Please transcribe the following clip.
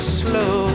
slow